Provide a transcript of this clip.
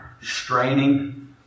straining